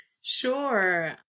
Sure